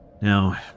Now